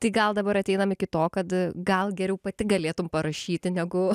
tai gal dabar ateinam iki to kad gal geriau pati galėtum parašyti negu